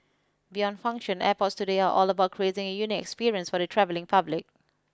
beyond function airports today are all about creating a unique experience for the travelling public